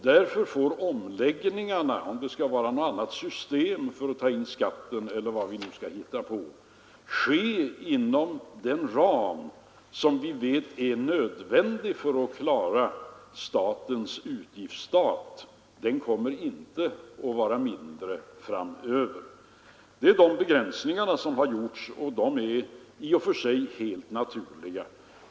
Därför får omläggningarna — om det nu skall vara ett annat system för att ta in skatten eller vad vi skall hitta på — ske inom den ram som vi vet är nödvändig för att vi skall klara statens utgifter; dessa kommer inte att bli mindre framöver. Det är dessa begränsningar som gjorts, och de är i och för sig helt naturliga.